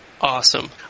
awesome